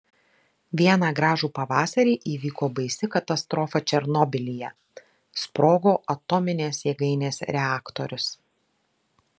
vieną gražų pavasarį įvyko baisi katastrofa černobylyje sprogo atominės jėgainės reaktorius